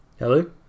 Hello